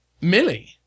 millie